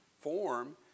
form